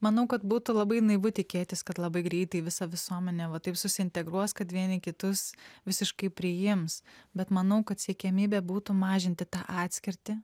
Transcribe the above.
manau kad būtų labai naivu tikėtis kad labai greitai visa visuomenė va taip susiintegruos kad vieni kitus visiškai priims bet manau kad siekiamybė būtų mažinti tą atskirtį